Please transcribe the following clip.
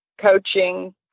coaching